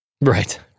Right